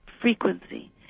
frequency